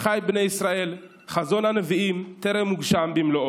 אחיי בני ישראל, חזון הנביאים טרם הוגשם במלואו,